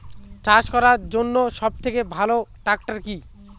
চাষ করার জন্য সবথেকে ভালো ট্র্যাক্টর কি?